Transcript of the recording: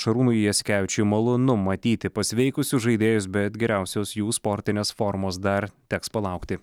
šarūnui jasikevičiui malonu matyti pasveikusius žaidėjus bet geriausios jų sportinės formos dar teks palaukti